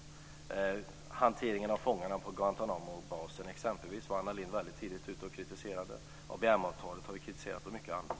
Exempelvis hanteringen av fångarna på Guantanamobasen gick Anna Lindh ut och kritiserade väldigt tidigt. ABM-avtalet har vi kritiserat, liksom mycket annat.